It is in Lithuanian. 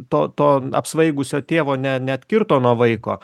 to to apsvaigusio tėvo ne neatkirto nuo vaiko